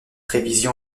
révision